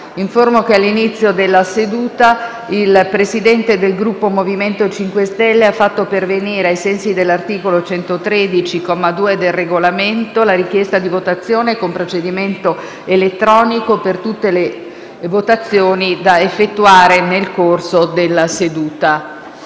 che all'inizio della seduta il Presidente del Gruppo MoVimento 5 Stelle ha fatto pervenire, ai sensi dell'articolo 113, comma 2, del Regolamento, la richiesta di votazione con procedimento elettronico per tutte le votazioni da effettuare nel corso della seduta.